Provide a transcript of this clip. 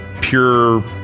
pure